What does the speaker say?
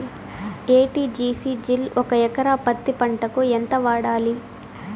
ఎ.టి.జి.సి జిల్ ఒక ఎకరా పత్తి పంటకు ఎంత వాడాలి?